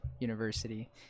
University